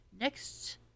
next